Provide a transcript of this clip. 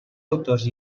autors